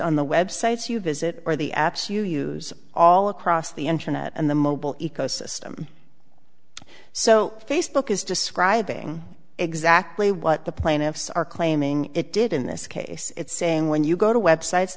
on the websites you visit or the apps you use all across the internet and the mobile ecosystem so facebook is describing exactly what the plaintiffs are claiming it did in this case it's saying when you go to websites